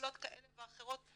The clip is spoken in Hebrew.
פעולות כאלה ואחרות,